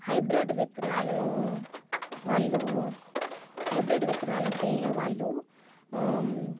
hybrid విత్తనాలను వాళ్లు hybrids విత్తనాలు అంటే వాళ్లు